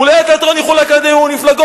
אולי התיאטרון יחולק על-ידי מימון מפלגות,